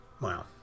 wow